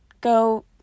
Go